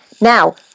Now